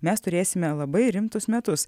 mes turėsime labai rimtus metus